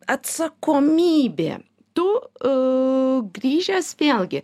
atsakomybė tu grįžęs vėlgi